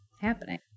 happening